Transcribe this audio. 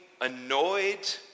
annoyed